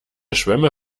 schwemme